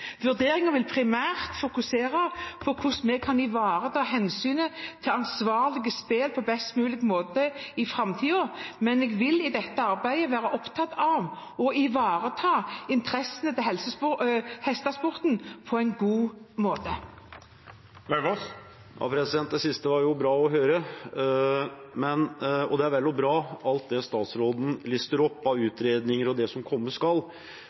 vil primært fokusere på hvordan vi kan ivareta hensynet til ansvarlige spill på best mulig måte i framtiden, men jeg vil i dette arbeidet være opptatt av å ivareta interessene til hestesporten på en god måte. Det siste var bra å høre, og det er vel og bra alt det statsråden lister opp av utredninger og det som komme skal.